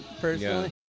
personally